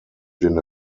den